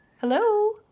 Hello